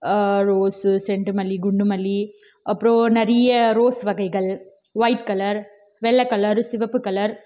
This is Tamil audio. ரோஸு செண்டு மல்லி குண்டு மல்லி அப்றம் நிறைய ரோஸ் வகைகள் ஒயிட் கலர் வெள்ளை கலரு சிவப்பு கலர்